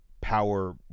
power